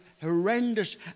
Horrendous